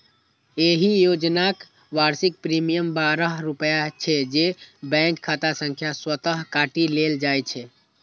एहि योजनाक वार्षिक प्रीमियम बारह रुपैया छै, जे बैंक खाता सं स्वतः काटि लेल जाइ छै